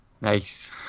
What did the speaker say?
Nice